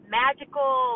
magical